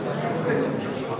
"פוטושופ" זה רק מוצר אחד.